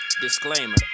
disclaimer